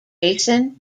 jason